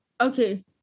Okay